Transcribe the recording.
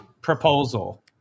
proposal